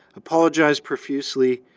apologize profusely,